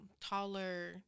taller